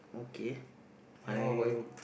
okay I